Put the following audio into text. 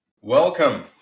Welcome